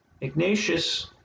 Ignatius